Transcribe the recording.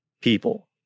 people